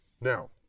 Now